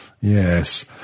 Yes